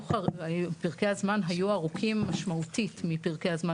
ופרקי הזמן היו ארוכים משמעותית מפרקי הזמן